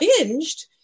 binged